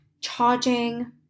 charging